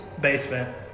basement